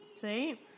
See